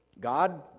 God